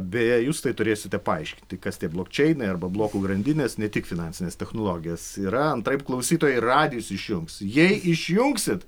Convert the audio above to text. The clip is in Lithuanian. beje justai turėsite paaiškinti kas tie blokčeinai arba blokų grandinės ne tik finansinės technologijos yra antraip klausytojai radijus išjungs jei išjungsit